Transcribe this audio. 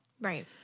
Right